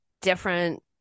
different